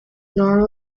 nara